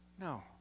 no